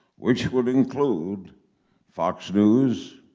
which would include fox news,